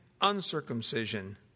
uncircumcision